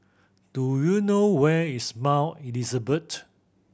do you know where is Mount Elizabeth